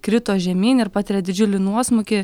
krito žemyn ir patiria didžiulį nuosmukį